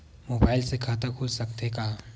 Mobile से खाता खुल सकथे का?